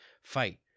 fight